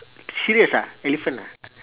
serious ah elephant ah